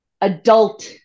adult